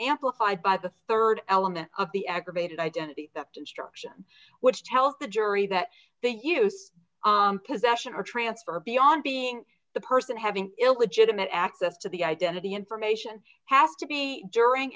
amplified by the rd element of the aggravated identity instruction which tells the jury that they use his action or transfer beyond being the person having illegitimate access to the identity information has to be during